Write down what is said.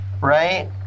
Right